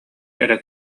эрэ